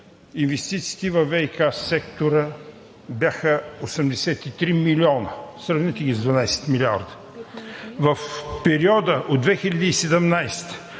инвестициите във ВиК сектора бяха 83 милиона – сравнете ги с 12 милиарда. В периода от 2017-а